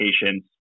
patients